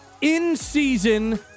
in-season